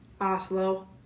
Oslo